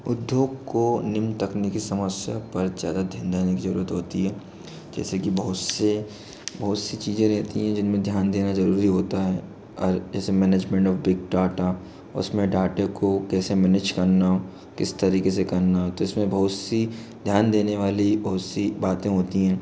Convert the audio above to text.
उद्योग को निम्न तकनीकी समस्या पर ज़्यादा ध्यान देने की जरूरत होती है जैसे कि बहुत से बहुत सी चीज़ें रहती है जिनमें ध्यान देना जरूरी होता है और इस मैनेजमेंट ऑफ बिग डाटा उसमें डाटे को कैसे मैनेज करना किस तरीके से करना है तो इसमें बहुत सी ध्यान देने वाली बहुत सी बातें होती हैं